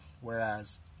whereas